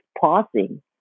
pausing